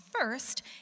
first